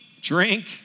drink